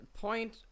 point